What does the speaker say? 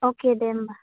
अके दे होनबा